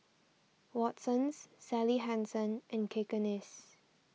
Watsons Sally Hansen and Cakenis